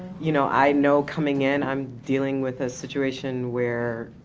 you know, i know coming in i'm dealing with a situation where,